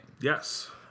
Yes